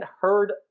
heard